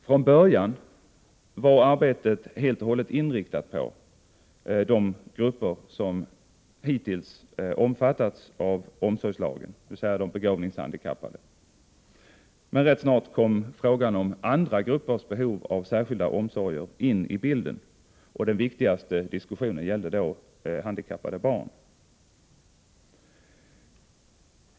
Från början var arbetet helt och hållet inriktat på de grupper som hittills omfattats av omsorgslagen, dvs. de begåvningshandikappade. Men rätt snart kom frågan om andra gruppers behov av särskilda omsorger in i bilden. Den viktigaste diskussionen gällde då handikappade barn.